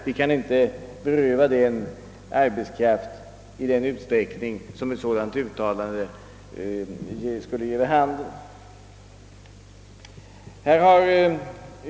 Vi kan inte beröva den verksamheten arbetskraft i den utsträckning som ett sådant uttalande antyder.